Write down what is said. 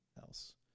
else